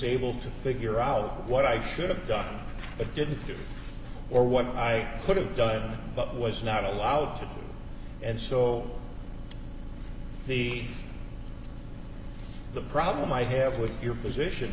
able to figure out what i should have done it didn't do or what i could have dug up was not allowed to and so the the problem i have with your position